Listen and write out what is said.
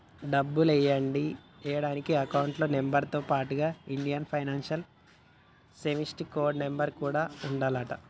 డబ్బులు ఎయ్యడానికి account number తో పాటుగా Indian financial system code number కూడా ఉండాలంట